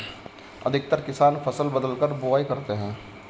अधिकतर किसान फसल बदलकर बुवाई करते है